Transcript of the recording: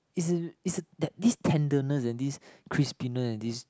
is it's that this tenderness and this crispiness and this